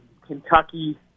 Kentucky